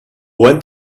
went